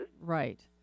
Right